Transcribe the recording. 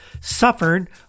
suffered